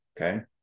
Okay